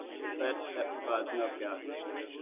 that that provides enough guidance there.